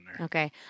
Okay